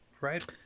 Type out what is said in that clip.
Right